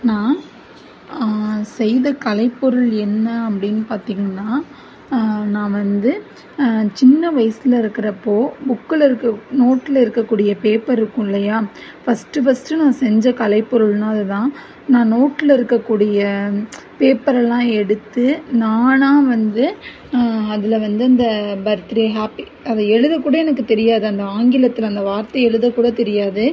நான் செய்த கலைப்பொருள் என்ன அப்படின்னு பார்த்திங்கன்னா நான் வந்து சின்ன வயசில் இருக்கிறப்போ புக்ககில் இருக்க நோட்ல இருக்கக்கூடிய பேப்பர் இருக்கும் இல்லையா ஃபஸ்ட்டு ஃபஸ்ட்டு நான் செஞ்ச கலைப்பொருள்னால் அதுதான் நான் நோட்ல இருக்கக்கூடிய பேப்பர்லாம் எடுத்து நானாக வந்து அதில் வந்து இந்த பர்த்டே ஹேப்பி அதை எழுதக் கூடே எனக்கு தெரியாது அந்த ஆங்கிலத்தில் அந்த வார்த்தையை எழுதக் கூட தெரியாது